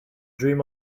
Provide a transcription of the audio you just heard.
dream